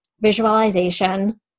visualization